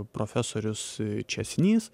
profesorius česnys